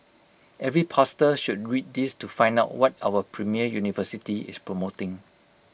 every pastor should read this to find out what our premier university is promoting